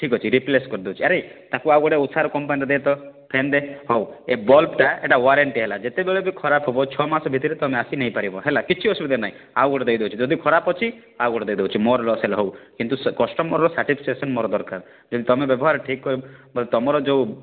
ଠିକ୍ ଅଛି ରିପ୍ଲେସ୍ କରି ଦେଉଛି ଆରେ ତାକୁ ଆଉ ଗୋଟେ ଉଷା କମ୍ପାନୀର ଦେ ତ ପ୍ୟାନ୍ ଦେ ହଉ ଏ ବଲ୍ବଟା ଏଇଟା ୱାରେଣ୍ଟି ହେଲା ଯେତେବେଳେ ଖରାପ ହବ ଛଅ ମାସ ଭିତରେ ତମେ ଆସି ନେଉ ପାରିବ ହେଲା ହେଲା କିଛି ଅସୁବିଧା ନାହିଁ ଆଉ ଗୋଟେ ଦେଇ ଦେଉଛି ଯଦି ଖରାପ ଅଛି ଆଉ ଗୋଟେ ଦେଇ ଦେଉଛି ମୋର ଲସ୍ ହେଲେ ହଉ କିନ୍ତୁ ସେ କଷ୍ଟମର୍ ସାଟିସପେକସନ୍ ମୋର ଦରକାର କିନ୍ତୁ ତୁମେ ବ୍ୟବହାର ଠିକ୍ ତୁମର ଯେଉଁ